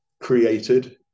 created